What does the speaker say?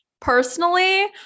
Personally